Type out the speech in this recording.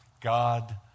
God